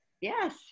Yes